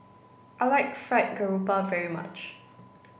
I like fried garoupa very much